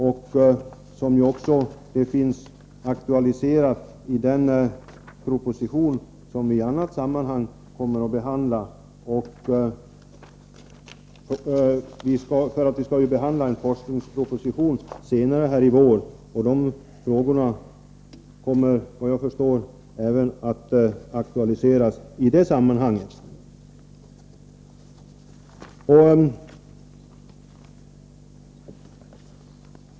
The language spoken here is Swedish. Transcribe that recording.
Detta är även aktualiserat i den proposition som vi i annat sammanhang kommer att behandla — vi skall ju ta ställning till en forskningsproposition senare under våren, och enligt vad jag förstår skall de här frågorna diskuteras i samband med det.